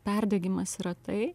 perdegimas yra tai